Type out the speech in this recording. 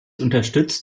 unterstützt